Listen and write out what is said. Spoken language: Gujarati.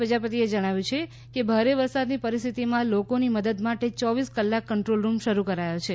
પ્રજાપતિએ જણાવ્યું છે કે ભારે વરસાદની પરિસ્થિતિમાં લોકોની મદદ માટે ચોવીસ કલાક કંટ્રોલ રૂમ શરૂ કરાયો છે